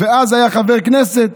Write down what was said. שאז היה חבר כנסת.